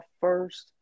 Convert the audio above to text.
first